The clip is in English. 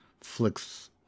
flicks